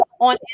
on